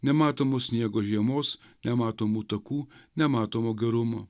nematomo sniego žiemos nematomų takų nematomo gerumo